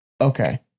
okay